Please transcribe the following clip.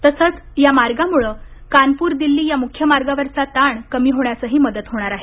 तसंच या मार्गामुळं कानपूर दिल्ली या मुख्य मार्गावरचा ताण कमी होण्यासही मदत होणार आहे